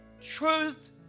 truth